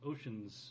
Ocean's